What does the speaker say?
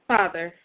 Father